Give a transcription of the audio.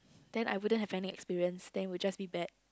then I wouldn't have any experience then will just be bad